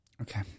Okay